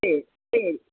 சரி சரி